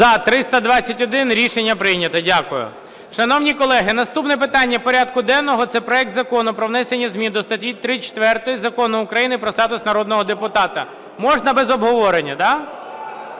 За-321 Рішення прийнято. Дякую. Шановні колеги, наступне питання порядку денного - це проект Закону про внесення змін до статті 34 Закону України "Про статус народного депутата України". Можна без обговорення, да,